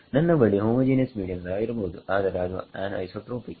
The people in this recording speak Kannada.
ನನ್ನ ಬಳಿ ಹೋಮೋಜೀನಿಯಸ್ ಮೀಡಿಯಂ ಸಹ ಇರಬಹುದು ಆದರೆ ಅದು ಆನ್ಐಸೋಟ್ರೋಪಿಕ್